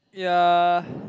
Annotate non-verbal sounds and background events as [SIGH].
ya [BREATH]